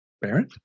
Barrett